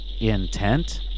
intent